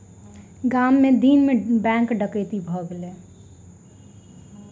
गाम मे दिन मे बैंक डकैती भ गेलै